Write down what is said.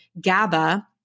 GABA